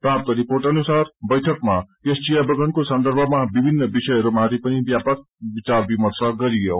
प्राप्त रिर्पोट अनुसार बैठकमा यस चिया बगानको सन्दर्भमा विभिन्न विषयहरूमाथि पनि व्यापक विचार विर्मश गरियो